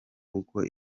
uko